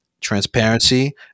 transparency